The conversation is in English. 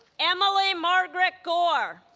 emily margaret goore